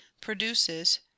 produces